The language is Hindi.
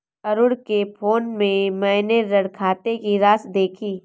अरुण के फोन में मैने ऋण खाते की राशि देखी